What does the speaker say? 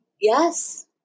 Yes